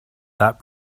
that